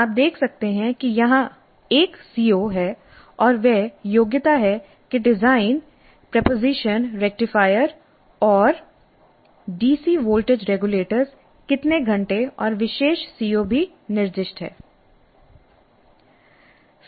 आप देख सकते हैं कि यहां एक सी ओ है और वह योग्यता है कि डिजाइन प्प्रेसीजन रेक्टिफायर और डीसी वोल्टेज रेगुलेटर कितने घंटे और विशेष सी ओ भी निर्दिष्ट है